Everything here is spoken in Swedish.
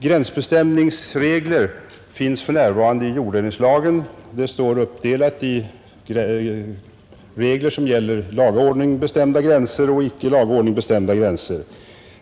Gränsbestämningsregler finns för närvarande i jorddelningslagen. De står uppdelade i regler som gäller i laga ordning bestämda gränser och i icke laga ordning bestämda gränser.